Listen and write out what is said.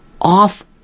Off